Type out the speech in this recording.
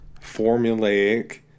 formulaic